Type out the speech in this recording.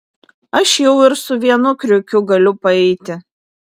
aš jau ir su vienu kriukiu galiu paeiti